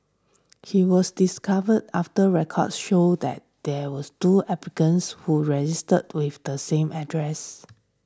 he was discovered after records showed that there was two applicants who registered with the same address